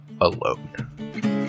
alone